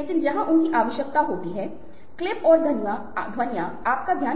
लेकिन साझा करना अनाम उपयोगकर्ताओं के